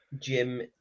Jim